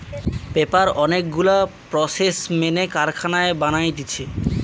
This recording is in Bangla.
পেপার অনেক গুলা প্রসেস মেনে কারখানায় বানাতিছে